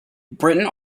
britain